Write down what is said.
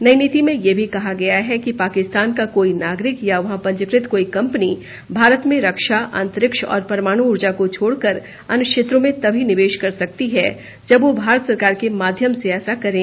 नई नीति में यह भी कहा गया है कि पाकिस्तान का कोई नागरिक या वहां पंजीकृत कोई कंपनी भारत में रक्षा अंतरिक्ष और परमाणु ऊर्जा को छोड़कर अन्य क्षेत्रों में तभी निवेश कर सकती है जब वह भारत सरकार के माध्यम से ऐसा करें